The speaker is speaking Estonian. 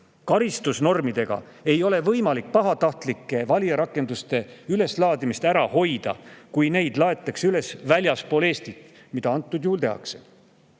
Karistusnormidega ei ole võimalik pahatahtlike valijarakenduste üleslaadimist ära hoida, kui neid laetakse üles väljaspool Eestit. [Mida antud juhul tehakse